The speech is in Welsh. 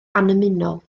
annymunol